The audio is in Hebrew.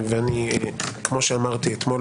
כמו שאמרתי אתמול